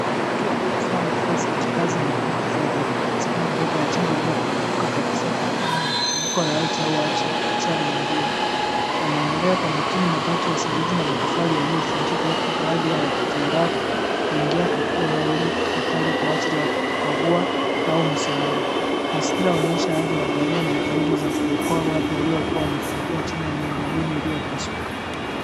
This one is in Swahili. Watu walio vaa mavazi ya kikazi na helimeti za dharura wamesimama mbele ya jengo lililoporomoka kabisa kutokana na tetemeko la ardhi au ajali nyingine. Wanaangalia kwa makini saruji na mabaki ya matofali yaliyovunjika huku baadhi wakijiandaa kuingia katika eneo hili ambalo ni hatari. Mazingira yanaonyesha juhudi za kuokoa watu waliokuwa wanefunikiwa chini ya miundombinu iliyopasuka.